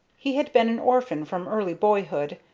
he had been an orphan from early boyhood,